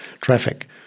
traffic